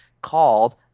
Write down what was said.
called